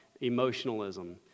emotionalism